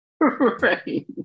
Right